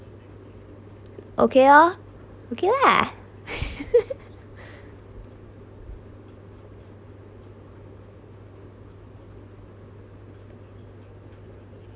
okay oh okay lah